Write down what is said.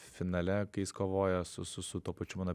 finale kai jis kovojo su su su tuo pačiu mano